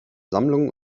sammlungen